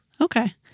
Okay